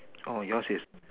yours is